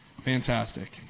fantastic